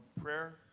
prayer